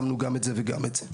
שמנו גם את זה וגם את זה.